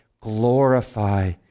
Glorify